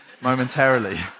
momentarily